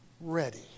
ready